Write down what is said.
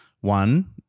One